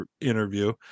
interview